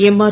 MR